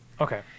Okay